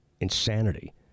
insanity